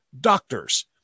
doctors